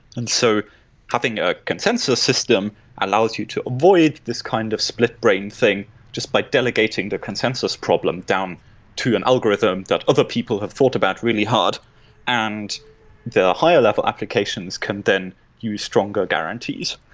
and so having a consensus system allows you to avoid this kind of split-brain thing just by delegating the consensus problem down to an algorithm that other people have thought about really hard and the higher level applications can then use stronger guarantees.